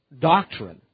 doctrine